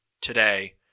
today